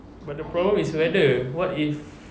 but the problem is weather what if